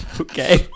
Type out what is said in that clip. Okay